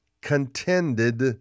contended